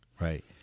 Right